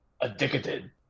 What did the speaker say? addicted